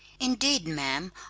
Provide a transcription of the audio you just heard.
indeed, ma'am,